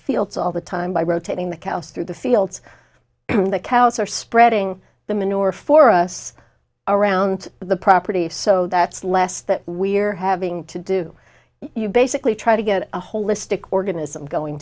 fields all the time by rotating the cows through the fields in the cows or spreading the manure for us around the property so that's less that we're having to do you basically try to get a holistic organism going